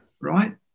Right